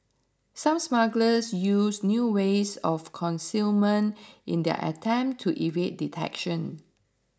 some smugglers used new ways of concealment in their attempts to evade detection